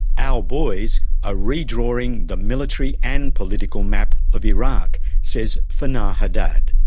our boys are redrawing the military and political map of iraq, says fanar haddad.